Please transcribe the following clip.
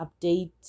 update